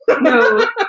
No